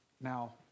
Now